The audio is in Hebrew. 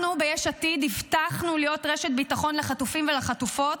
אנחנו ביש עתיד הבטחנו להיות רשת ביטחון לחטופים ולחטופות,